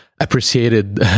appreciated